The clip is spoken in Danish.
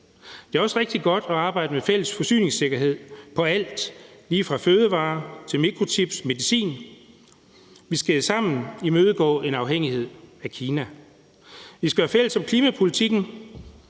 Det er også rigtig godt at arbejde med fælles forsyningssikkerhed på alt lige fra fødevarer til mikrochips til medicin. Vi skal sammen imødegå en afhængighed af Kina. Vi skal være fælles om klimapolitikken.